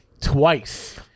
twice